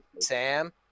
Sam